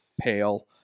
Pale